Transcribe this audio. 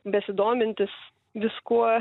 besidomintis viskuo